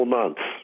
months